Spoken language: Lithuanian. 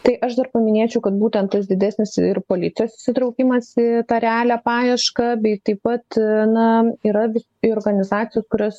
tai aš dar paminėčiau kad būtent tas didesnis ir policijos įsitraukimas į tą realią paiešką bei taip pat na yra ir organizacijų kurios